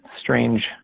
strange